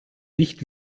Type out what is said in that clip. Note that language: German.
nicht